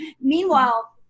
Meanwhile